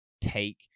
take